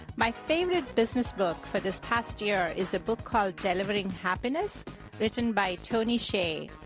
my favorite business book for this past year is a book called delivering happiness written by tony hsieh.